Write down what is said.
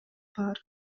бар